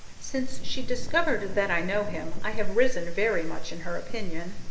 since she discovered that i know him, i have risen very much in her opinion.